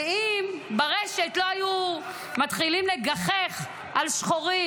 ואם ברשת לא היו מתחילים לגחך על שחורים,